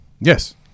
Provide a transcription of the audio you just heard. Yes